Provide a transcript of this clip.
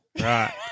Right